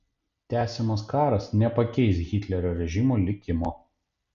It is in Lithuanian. tęsiamas karas nepakeis hitlerio režimo likimo